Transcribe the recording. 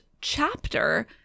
chapter